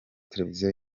televiziyo